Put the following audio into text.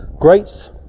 greats